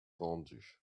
rendus